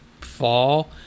fall